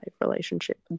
relationship